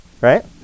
right